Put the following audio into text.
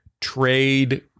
Trade